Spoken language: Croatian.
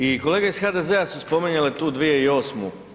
I kolege iz HDZ-a su spominjali tu 2008.